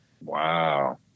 Wow